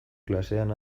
klasean